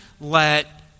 let